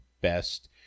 best